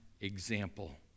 example